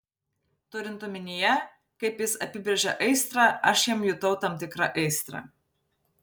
turint omenyje kaip jis apibrėžia aistrą aš jam jutau tam tikrą aistrą